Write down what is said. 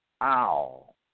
Owl